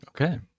Okay